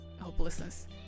hopelessness